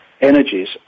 energies